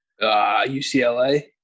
UCLA